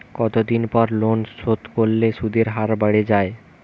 কতদিন পর লোন শোধ করলে সুদের হার বাড়ে য়ায়?